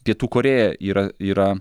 pietų korėja yra yra